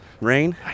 rain